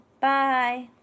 Bye